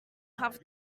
half